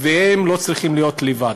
והם לא צריכים להיות לבד.